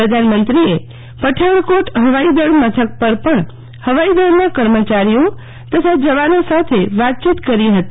પ્રધાનમંત્રીએ પઠાણ કોટ ફવાઈ દળ મથક પર પણ ફવાઈ દળના કર્મચારીઓ તથા જવાનો સાથે વાતચીત કરી હતી